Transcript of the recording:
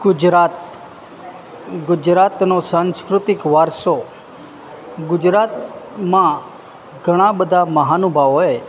ગુજરાત ગુજરાતનો સાંસ્કૃતિક વારસો ગુજરાતમાં ઘણા બધા મહાનુભાવોએ